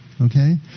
Okay